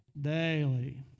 Daily